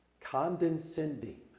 Condescending